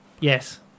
Yes